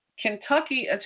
Kentucky